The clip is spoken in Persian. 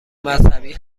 مذهبی